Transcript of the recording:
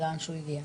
ולאן שהוא הגיע.